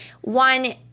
one